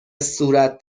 صورت